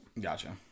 Gotcha